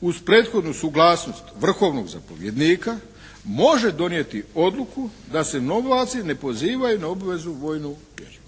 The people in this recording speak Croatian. uz prethodnu suglasnost vrhovnog zapovjednika može donijeti odluku da se novaci ne pozivaju na obvezu vojnu vježbu.".